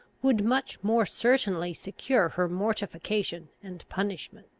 would much more certainly secure her mortification and punishment.